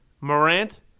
Morant